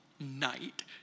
night